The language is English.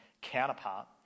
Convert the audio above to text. counterpart